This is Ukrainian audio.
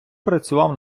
працював